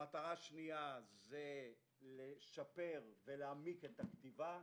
המטרה השנייה היא לשפר ולהעמיק את הכתיבה,